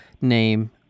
name